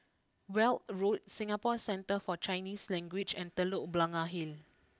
Weld Road Singapore Centre for Chinese Language and Telok Blangah Hill